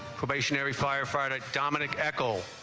stationary firefighter dominic eckel